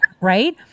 right